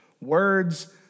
words